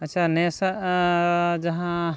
ᱟᱪᱪᱷᱟ ᱱᱮᱥᱟᱜ ᱡᱟᱦᱟᱸ